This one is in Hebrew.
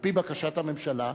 על-פי בקשת הממשלה,